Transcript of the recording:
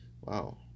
Wow